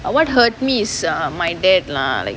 but what hurt me so my dad lah like